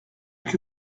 que